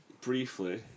briefly